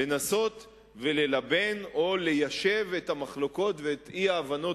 לנסות וללבן או ליישב את המחלוקות ואת אי-ההבנות